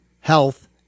health